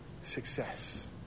success